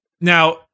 Now